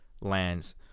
lands